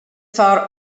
fearr